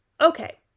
Okay